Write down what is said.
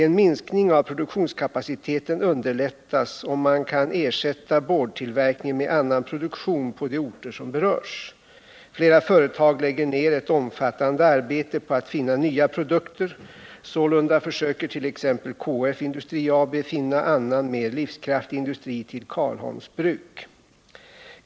En minskning av produktionskapaciteten underlättas, om man kan ersätta boardtillverkningen med annan produktion på de orter som berörs. Flera företag lägger ner ett omfattande arbete på att finna nya produkter. Sålunda försöker t.ex. KF Industri AB finna annan, mer livskraftig industri till Karlholms bruk.